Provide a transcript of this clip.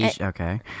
Okay